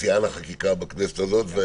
ושיאן החקיקה בכנסת הזאת.